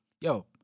yo